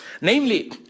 Namely